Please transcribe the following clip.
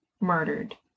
murdered